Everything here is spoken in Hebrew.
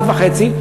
13:30,